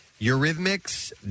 Eurythmics